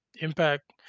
impact